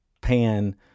pan